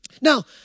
Now